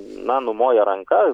na numoja ranka